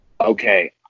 okay